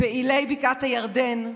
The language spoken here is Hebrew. פעילי בקעת הירדן,